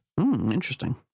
interesting